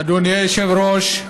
אדוני היושב-ראש,